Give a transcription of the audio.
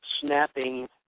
snapping